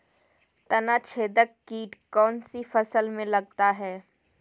तनाछेदक किट कौन सी फसल में लगता है?